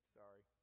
sorry